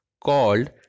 called